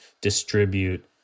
distribute